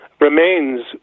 remains